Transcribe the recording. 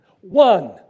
One